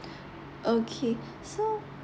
okay so